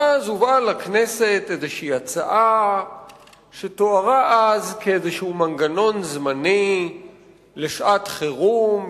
ואז הובאה לכנסת איזושהי הצעה שתוארה אז כמנגנון זמני לשעת- חירום,